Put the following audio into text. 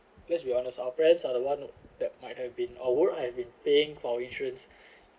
let's be honest our parents are the one that might have been or would have been paying for insurance